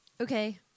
Okay